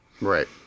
Right